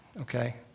okay